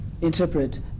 interpret